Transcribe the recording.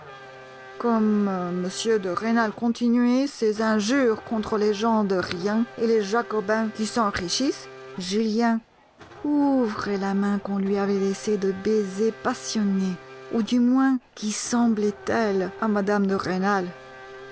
m de rênal continuait ses injures contre les gens de rien et les jacobins qui s'enrichissent julien couvrait la main qu'on lui avait laissée de baisers passionnés ou du moins qui semblaient tels à mme de rênal